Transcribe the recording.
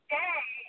day